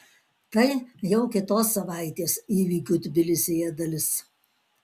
tai jau kitos savaitės įvykių tbilisyje dalis